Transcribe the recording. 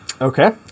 Okay